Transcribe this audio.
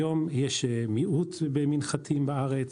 היום יש מיעוט במנחתים בארץ.